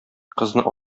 кызны